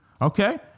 Okay